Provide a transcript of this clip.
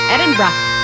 Edinburgh